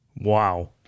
Wow